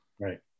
Right